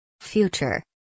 Future